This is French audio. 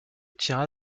tira